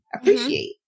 appreciate